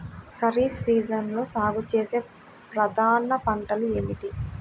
ఖరీఫ్ సీజన్లో సాగుచేసే ప్రధాన పంటలు ఏమిటీ?